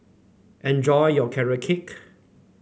enjoy your Carrot Cake